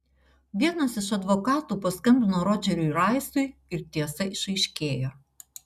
vienas iš advokatų paskambino rodžeriui raisui ir tiesa išaiškėjo